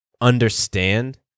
understand